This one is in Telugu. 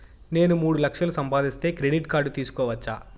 నేను మూడు లక్షలు సంపాదిస్తే క్రెడిట్ కార్డు తీసుకోవచ్చా?